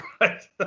Right